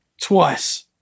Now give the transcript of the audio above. twice